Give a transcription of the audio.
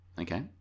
okay